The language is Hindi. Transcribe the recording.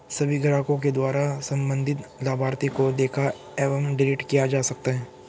सभी ग्राहकों के द्वारा सम्बन्धित लाभार्थी को देखा एवं डिलीट किया जा सकता है